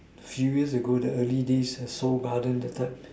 few years ago the early days eh seoul garden that type